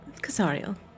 Casario